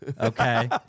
okay